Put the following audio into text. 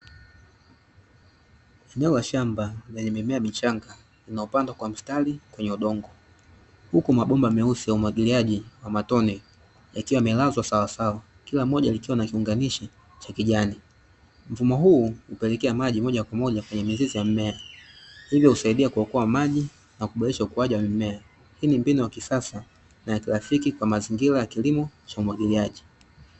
Eneo la shamba lenye mimea michanga inayopandwa kwa mstari kwenye udongo, huku mabomba meusi ya umwagiliaji wa matone yakiwa yamelazwa sawasawa kila moja likiwa na kiunganishi cha kijani. Mfumo huu hupelekea maji moja kwa moja kwenye mizizi ya mmea, hivyo husaidia kuokoa maji na kuboresha ukuaji wa mimea. Hii ni mbinu ya kisasa na ya kirafiki kwa mazingira ya kilimo cha umwagiliaji.